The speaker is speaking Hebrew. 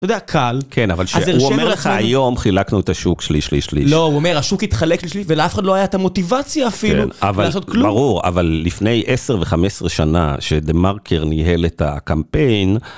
אתה יודע, קל. כן, אבל הוא אומר לך, היום חילקנו את השוק, שליש, שליש, שליש. לא, הוא אומר, השוק התחלק, שליש, שליש, ולאף אחד לא הייתה את המוטיבציה אפילו לעשות כלום. ברור, אבל לפני 10 ו-15 שנה שדה מרקר ניהל את הקמפיין,